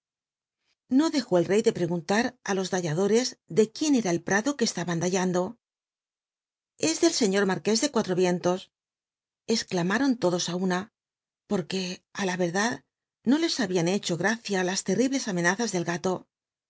o dejó el rey de pregunta á los dalladotes de quién era el prado que estaban dallando es del sciíor marqués de cuatro vientos esclamaron todos á una porque á la nlad no le hab ían hccll l gracia la terrible amenazas del gato